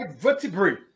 vertebrae